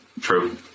true